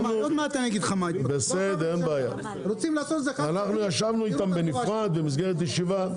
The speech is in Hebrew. אנחנו ישבנו איתם בנפרד במסגרת ישיבה,